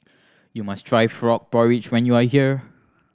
you must try frog porridge when you are here